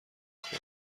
خوره